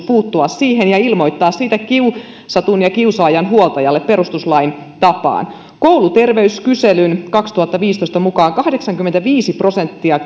puuttua siihen ja ilmoittaa siitä kiusatun ja kiusaajan huoltajalle perustuslain tapaan kouluterveyskyselyn kaksituhattaviisitoista mukaan kahdeksankymmentäviisi prosenttia